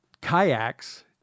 kayaks